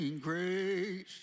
Grace